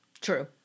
True